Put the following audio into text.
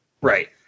Right